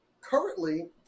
currently